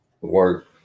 work